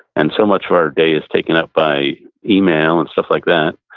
and so much of our day is taken up by email and stuff like that,